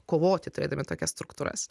kovoti turėdami tokias struktūras